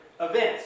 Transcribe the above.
events